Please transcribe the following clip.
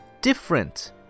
different